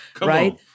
right